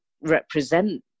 represent